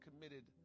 committed